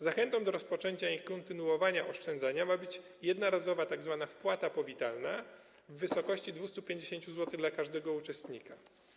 Zachętą do rozpoczęcia i kontynuowania oszczędzania ma być jednorazowa tzw. wpłata powitalna w wysokości 250 zł dla każdego uczestnika.